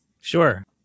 Sure